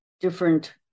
different